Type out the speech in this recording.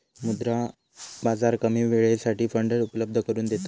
मुद्रा बाजार कमी वेळेसाठी फंड उपलब्ध करून देता